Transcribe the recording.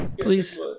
please